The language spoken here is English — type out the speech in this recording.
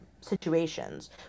situations